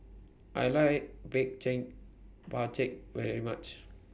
I like Bak Chang very much